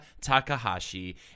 Takahashi